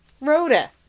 Rhoda